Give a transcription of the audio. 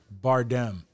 Bardem